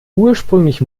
ursprünglich